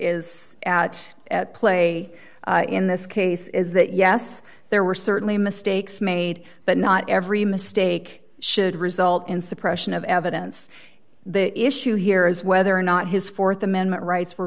out at play in this case is that yes there were certainly mistakes made but not every mistake should result in suppression of evidence the issue here is whether or not his th amendment rights were